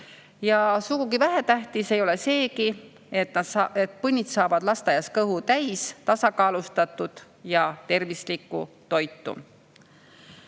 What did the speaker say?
Ja sugugi vähetähtis ei ole seegi, et põnnid saavad lasteaias kõhu täis tasakaalustatud ja tervislikku toitu.